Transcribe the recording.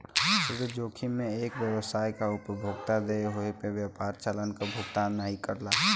ऋण जोखिम में एक व्यवसाय या उपभोक्ता देय होये पे व्यापार चालान क भुगतान नाहीं करला